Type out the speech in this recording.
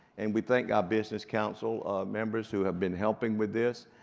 and we thank our business council members who have been helping with this,